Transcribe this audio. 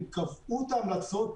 הם קבעו את ההמלצות,